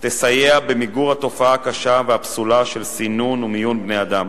תסייע במיגור התופעה הקשה והפסולה של סינון ומיון בני-אדם